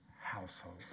household